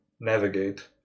navigate